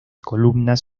columnas